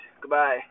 Goodbye